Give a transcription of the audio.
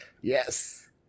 Yes